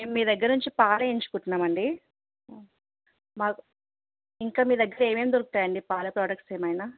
మేం మీ దగ్గర నుంచి పాలు వేయించుకుంటున్నాము అండి మాకు ఇంకా మీ దగ్గర ఏమేమి దొరుకుతాయి అండి పాల ప్రొడక్ట్స్ ఏమైనా